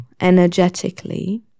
energetically